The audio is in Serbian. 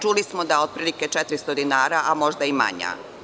Čuli smo da je da otprilike 400 dinara, a možda i manja.